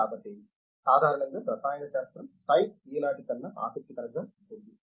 కాబట్టి సాధారణంగా రసాయన శాస్త్రం సైన్స్ ఈనాటి కన్నా ఆసక్తికరంగా ఉంటుంది